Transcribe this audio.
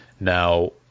Now